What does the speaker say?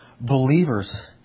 believers